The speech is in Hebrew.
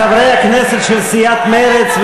חברי הכנסת של סיעת מרצ.